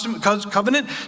covenant